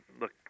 Look